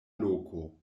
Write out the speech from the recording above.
loko